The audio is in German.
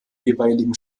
jeweiligen